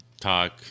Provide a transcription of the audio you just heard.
talk